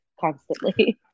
Constantly